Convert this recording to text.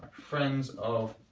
friends of